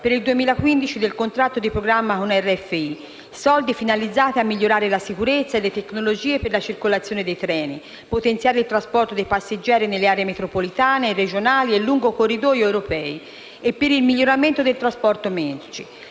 per il 2015, del contratto di programma con Rete ferroviaria italiana (RFI). Soldi finalizzati a migliorare la sicurezza e le tecnologie per la circolazione dei treni, potenziare il trasporto passeggeri nelle aree metropolitane, regionali e lungo i corridoi europei e per il miglioramento del trasporto merci.